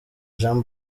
jean